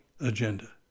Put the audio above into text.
agenda